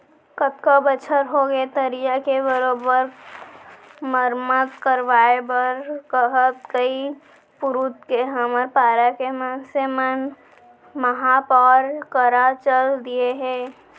कतका बछर होगे तरिया के बरोबर मरम्मत करवाय बर कहत कई पुरूत के हमर पारा के मनसे मन महापौर करा चल दिये हें